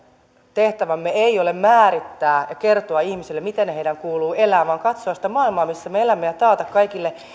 tehtävämme ei ole määrittää ja kertoa ihmisille miten heidän kuuluu elää vaan katsoa sitä maailmaa missä me elämme ja taata kaikille